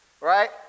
right